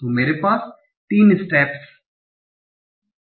तो मेरे पास 3 स्टेपस 1 2 3 हैं